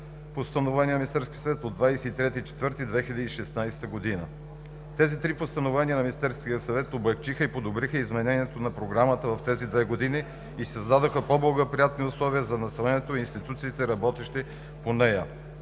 Постановление е от 23 април 2016 г. Тези три постановления на Министерския съвет облекчиха и подобриха изменението на Програмата в тези две години и създадоха по-благоприятни условия за населението от институциите, работещи по нея.